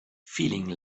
feeling